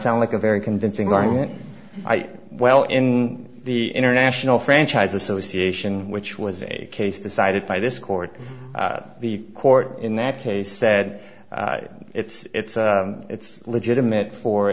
sound like a very convincing argument i well in the international franchise association which was a case decided by this court the court in that case said it's it's legitimate for